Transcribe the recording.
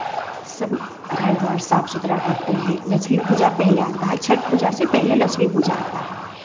सब घर द्वार साफ सुथरा करते हैं लक्ष्मी पूजा पहले आता है छठ पूजा से पहले लक्ष्मी पूजा आता है